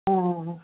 आं हां हां